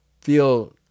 feel